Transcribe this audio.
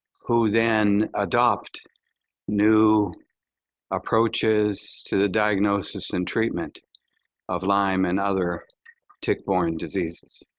who then adopt new approaches to the diagnosis and treatment of lyme and other tick-borne diseases?